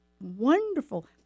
wonderful